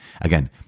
Again